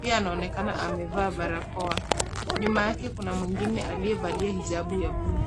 pia anaonekana amevaa barakoa. Nyuma yake kuna mwingine aliyevalia hijab ya buluu.